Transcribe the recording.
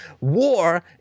war